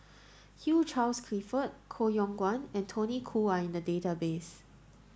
Hugh Charles Clifford Koh Yong Guan and Tony Khoo are in the database